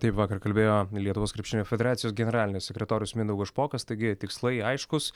taip vakar kalbėjo lietuvos krepšinio federacijos generalinis sekretorius mindaugas špokas taigi tikslai aiškūs